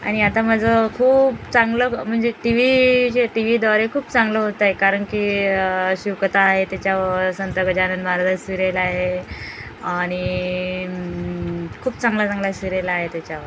आणि आता माझं खूप चांगलं म्हणजे टी व्ही जे टी व्हीद्वारे खूप चांगलं होतंय कारण की शिवकथा आहे त्याच्यावर संत गजानन महाराज सिरेल आहे आणि खूप चांगल्या चांगल्या सिरेल आहे त्याच्यावर